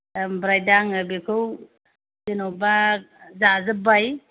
ओमफ्राय दा आं बेखौ जेनेबा जाजोब्बाय